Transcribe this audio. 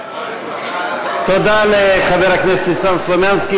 תודה לחבר הכנסת ניסן סלומינסקי,